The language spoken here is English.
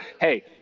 Hey